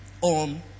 on